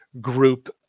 group